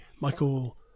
Michael